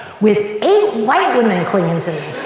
with eight white women clinging to